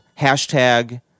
hashtag